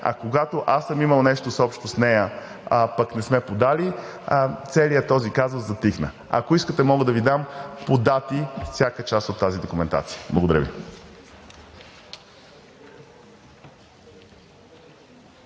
А когато аз съм имал нещо общо с нея, пък не сме подали, целият този казус затихна. Ако искате, мога да Ви дам по дати всяка част от тази документация. Благодаря Ви.